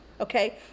Okay